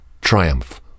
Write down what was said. triumph